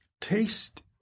taste